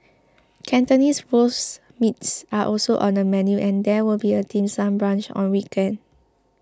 Cantonese Roast Meats are also on the menu and there will be a dim sum brunch on weekends